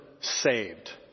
saved